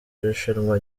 rushanwa